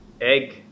Egg